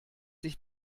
sich